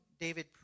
David